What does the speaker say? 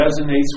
resonates